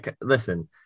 listen